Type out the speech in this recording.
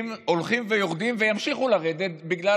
הולכים ויורדים וימשיכו לרדת בגלל